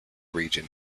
region